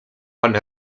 pan